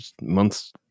months